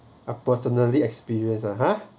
uh personally experience ah !huh!